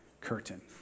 curtain